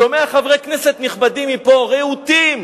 שומע חברי כנסת נכבדים מפה, רהוטים,